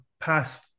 pass